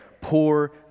poor